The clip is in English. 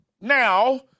now